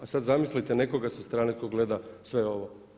A sad zamislite nekoga sa strane tko gleda sve ovo.